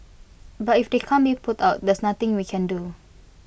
but if they can't be put out there's nothing we can do